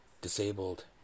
disabled